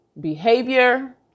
behavior